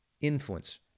influence